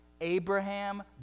Abraham